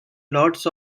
lots